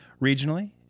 regionally